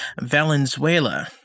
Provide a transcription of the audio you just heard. Valenzuela